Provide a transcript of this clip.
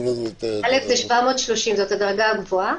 א' זה 730 שקלים, זו הדרגה הגבוהה.